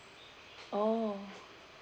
oh